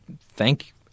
thank